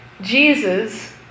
Jesus